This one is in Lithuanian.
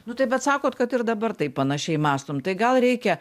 nu tai bet sakot kad ir dabar taip panašiai mąstom tai gal reikia